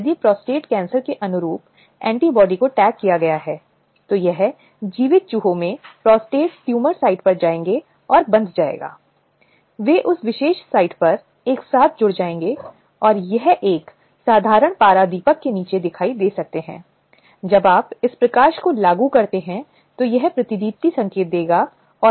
अब कार्यस्थल को अधिनियम की धारा 20 में परिभाषित किया गया है और यह सभी कार्यालयों संस्थानों को सार्वजनिक या निजी क्षेत्र में शामिल करता है जिसमें शैक्षणिक संस्थान शामिल हैं और जब हम कहते हैं कि सभी कार्यालय संस्थान निजी हैं